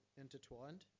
intertwined